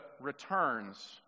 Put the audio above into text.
returns